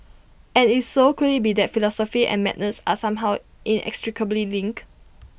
and if so could IT be that philosophy and madness are somehow inextricably linked